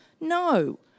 No